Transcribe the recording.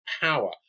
power